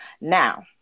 Now